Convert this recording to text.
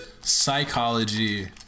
psychology